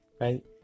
right